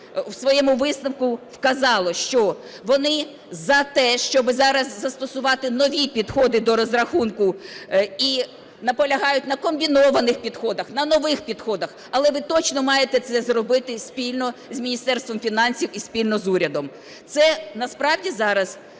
в своєму висновку вказало, що вони за те, щоб зараз застосувати нові підходи до розрахунку і наполягають на комбінованих підходах, на нових підходах. Але ви точно маєте це зробити спільно з Міністерством фінансів і спільно з урядом. Це насправді зараз